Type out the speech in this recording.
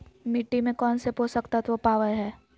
मिट्टी में कौन से पोषक तत्व पावय हैय?